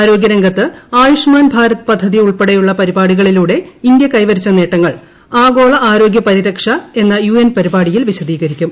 ആരോഗൃ രംഗത്ത് ആയുഷ്മാൻ ഭാരത് പദ്ധതി ഉൾപ്പെടെയുള്ള പരിപാടികളിലൂടെ ഇന്ത്യ കൈവരിച്ച നേട്ടങ്ങൾ ആഗോള ആരോഗ്യ പരിരക്ഷ എന്ന യു എൻ പരിപാടിയിൽ വിശദീകരിക്കും